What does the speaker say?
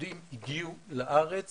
יהודים הגיעו לארץ